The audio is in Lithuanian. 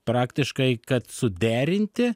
praktiškai kad suderinti